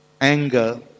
anger